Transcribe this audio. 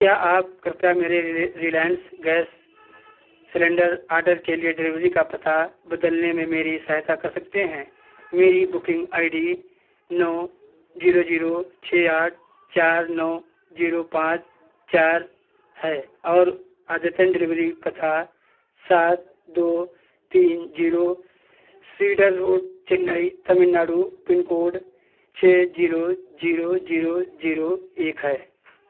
क्या आप कृपया मेरे रिलायन्स गैस सिलेण्डर ऑर्डर के लिए डिलिवरी का पता बदलने में मेरी सहायता कर सकते हैं मेरी booking I D now zero zero छह आठ चार नौ ज़ीरो पाँच चार है और अद्यतन डिलिवरी पता सात दो तीन zero cedar road Chennai Tamil Nadu pin code छह ज़ीरो ज़ीरो ज़ीरो ज़ीरो एक है